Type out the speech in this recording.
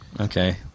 okay